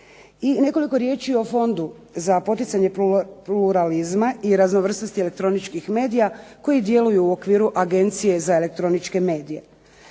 Nekoliko riječi o fondu za poticanje pluralizma i raznovrsnosti elektronički medija koji djeluju u okviru Agencije za elektroničke medije.